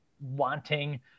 wanting